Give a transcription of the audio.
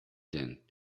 din